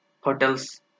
hotels